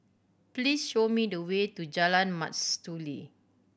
please show me the way to Jalan Mastuli